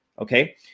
Okay